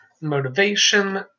motivation